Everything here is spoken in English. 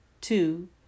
Two